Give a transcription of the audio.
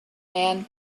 man